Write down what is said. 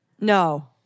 No